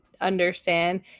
understand